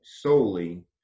solely